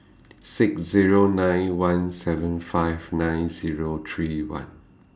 six Zero nine one seven five nine Zero three one